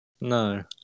no